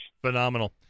Phenomenal